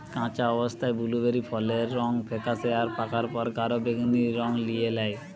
কাঁচা অবস্থায় বুলুবেরি ফলের রং ফেকাশে আর পাকার পর গাঢ় বেগুনী রং লিয়ে ল্যায়